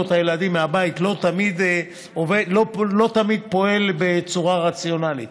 את הילדים מהבית לא תמיד פועלים בצורה רציונלית.